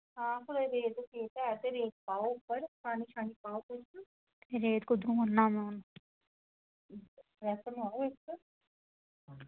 रेत कुद्धरों आह्नना मैं हू'न